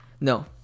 No